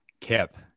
Kip